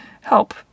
help